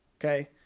Okay